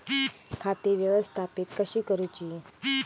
खाती व्यवस्थापित कशी करूची?